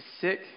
sick